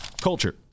Culture